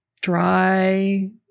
dry